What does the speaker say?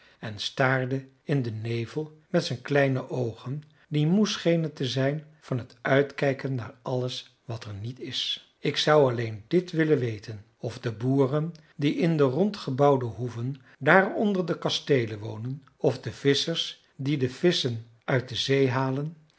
en staarde in den nevel met zijn kleine oogen die moe schenen te zijn van het uitkijken naar alles wat er niet is ik zou alleen dit willen weten of de boeren die in de rondgebouwde hoeven daar onder de kasteelen wonen of de visschers die de visschen uit de zee halen